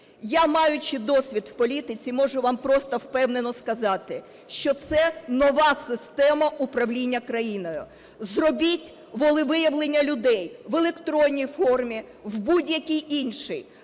Я, маючи досвід в політиці, можу вам просто впевнено сказати, що це нова система управління країною. Зробіть волевиявлення людей в електронній формі, в будь-якій іншій,